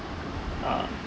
uh